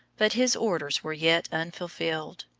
but his orders were yet unfulfilled.